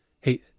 Hey